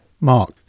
Mark